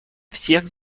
всех